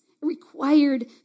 Required